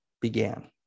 began